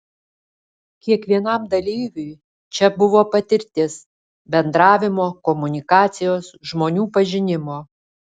kiekvienam dalyviui čia buvo patirtis bendravimo komunikacijos žmonių pažinimo